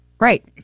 Right